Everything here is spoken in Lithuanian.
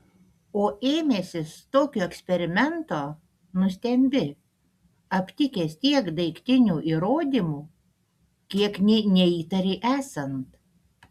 o ėmęsis tokio eksperimento nustembi aptikęs tiek daiktinių įrodymų kiek nė neįtarei esant